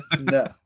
no